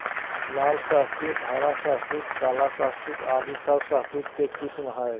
लाल शहतूत, हरा शहतूत, काला शहतूत आदि सब शहतूत के किस्म हय